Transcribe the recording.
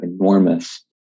enormous